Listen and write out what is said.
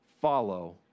follow